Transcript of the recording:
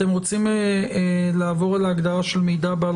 אתם רוצים לעבור על ההגדרה של "מידע בעל